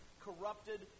corrupted